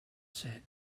set